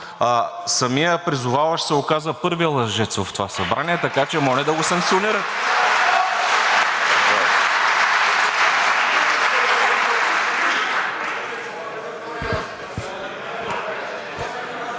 самият призоваващ се оказа първият лъжец в това събрание, така че моля да го санкционирате.